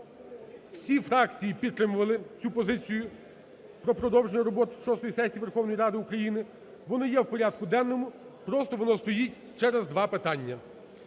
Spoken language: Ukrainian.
Всі фракції підтримували цю позицію про продовження роботи шостої сесії Верховної Ради України. Воно є у порядку денному, просто воно стоїть через два питання.